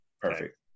Perfect